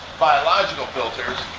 biological filters.